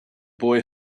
boy